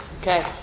okay